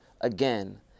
again